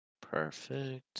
Perfect